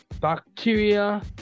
Bacteria